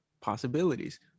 possibilities